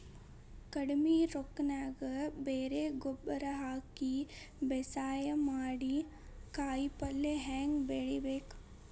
ಕಡಿಮಿ ರೊಕ್ಕನ್ಯಾಗ ಬರೇ ಗೊಬ್ಬರ ಹಾಕಿ ಬೇಸಾಯ ಮಾಡಿ, ಕಾಯಿಪಲ್ಯ ಹ್ಯಾಂಗ್ ಬೆಳಿಬೇಕ್?